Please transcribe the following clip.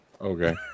Okay